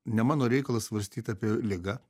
ne mano reikalas svarstyt apie ligą